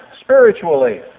spiritually